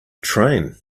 train